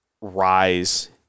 Rise